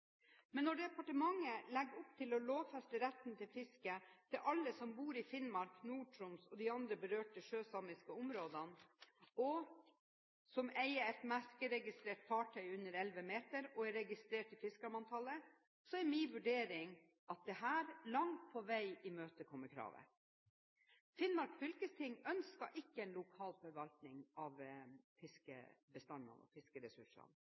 Men når departementet legger opp til å lovfeste retten til fiske til alle som bor i Finnmark, Nord-Troms og de andre berørte sjøsamiske områdene, og som eier et merkeregistrert fartøy under 11 meter og er registrert i fiskermanntallet, er min vurdering at dette langt på vei imøtekommer kravet. Finnmark fylkesting ønsker ikke en lokal forvaltning av fiskebestandene og fiskeressursene,